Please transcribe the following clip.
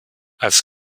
als